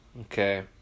Okay